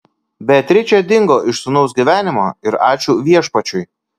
beatričė dingo iš sūnaus gyvenimo ir ačiū viešpačiui